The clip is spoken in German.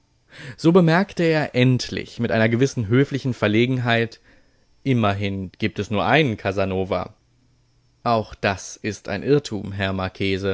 so bemerkte er endlich mit einer gewissen höflichen verlegenheit immerhin gibt es nur einen casanova auch das ist ein irrtum herr